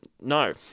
No